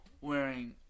wearing